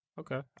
Okay